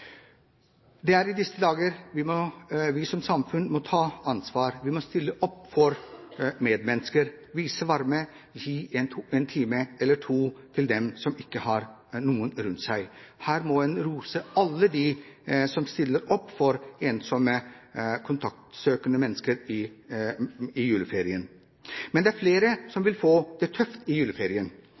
Det er i disse dager vi som samfunn må ta ansvar. Vi må stille opp for medmennesker, vise varme og gi en time eller to til dem som ikke har noen rundt seg. Her må en rose alle de som stiller opp for ensomme kontaktsøkende mennesker i juleferien. Men det er flere som vil få det tøft i juleferien.